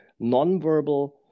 nonverbal